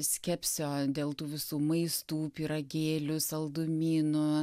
skepsio dėl tų visų maistų pyragėlių saldumynų